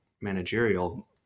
managerial